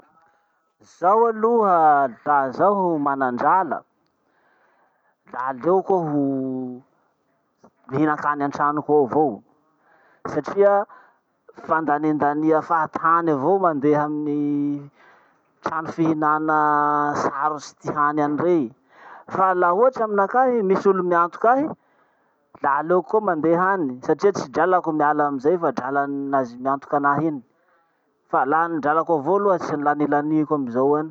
Zaho aloha laha zaho manandrala, la aleoko aho mihinankany antranoko ao avao. Satria fandanindania fahatany avao mandeha amin'ny trano fihinana sarotsy ty hany any rey. Fa laha ohatsy aminakahy misy olo miantoky ahy, la aleoko koa mandeha any satria tsy dralako miala amizay fa drala niazy miantoky anaha iny. Fa laha ny dralako avao aloha tsy lanilaniko amizao any.